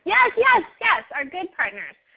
yeah yes, yes, our good partners.